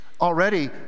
Already